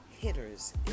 hitters